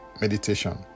meditation